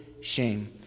shame